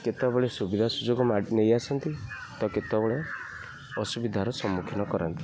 କେତେବେଳେ ସୁବିଧା ସୁଯୋଗ ନେଇଆସନ୍ତି ତ କେତେବେଳେ ଅସୁବିଧାର ସମ୍ମୁଖୀନ କରନ୍ତି